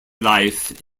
life